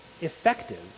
effective